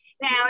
now